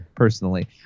personally